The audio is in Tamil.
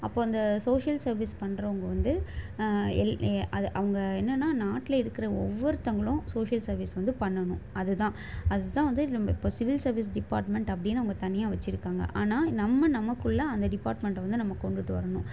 அப்போது அந்த சோஷியல் சர்வீஸ் பண்ணுறவங்க வந்து எல் அது அவங்க என்னென்னால் நாட்டில் இருக்கிற ஒவ்வொருத்தங்களும் சோஷியல் சர்வீஸ் வந்து பண்ணணும் அது தான் அது தான் வந்து நம்ப இப்போ சிவில் சர்வீஸ் டிபார்ட்மெண்ட் அப்படின்னு அவங்க தனியாக வச்சுருக்காங்க ஆனா நம்ம நமக்குள்ள அந்த டிபார்ட்மெண்ட்டை வந்து நம்ம கொண்டுகிட்டு வரணும்